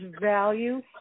value